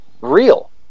real